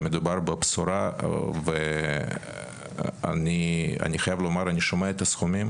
מדובר בבשורה ואני חייב לומר שכשאני שומע את הסכומים